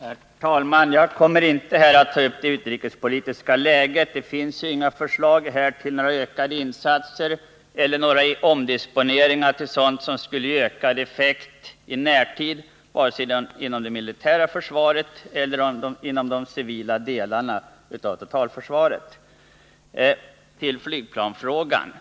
Herr talman! Jag kommer inte att ta upp frågan om det utrikespolitiska läget — här föreligger ju inga förslag till ökade insatser eller till omdisponeringar som i närtid skulle ge ökad effekt vare sig inom det militära försvaret eller inom de civila delarna av totalförsvaret — utan jag går direkt över till flygplansfrågan.